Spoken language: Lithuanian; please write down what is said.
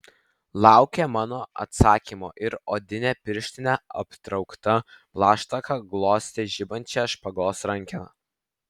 laukė mano atsakymo ir odine pirštine aptraukta plaštaka glostė žibančią špagos rankeną